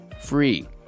free